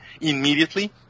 immediately